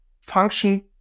function